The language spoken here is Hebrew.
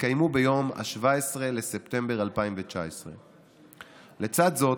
יתקיימו ביום 17 בספטמבר 2019. לצד זאת,